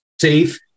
safe